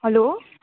hello